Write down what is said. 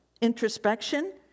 introspection